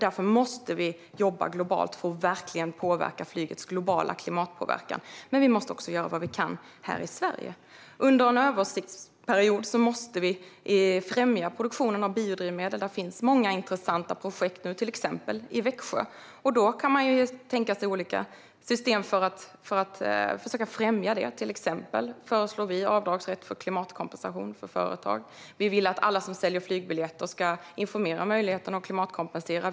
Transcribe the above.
Därför måste vi jobba globalt för att påverka flygets globala klimatpåverkan, men vi måste också göra vad vi kan här i Sverige. Under en övergångsperiod måste vi främja produktionen av biodrivmedel. Det finns många intressanta projekt, till exempel i Växjö. Man kan tänka sig olika system för att försöka främja detta. Vi föreslår till exempel avdragsrätt för klimatkompensation för företag, och vi vill att alla som säljer flygbiljetter ska informera om möjligheten att klimatkompensera.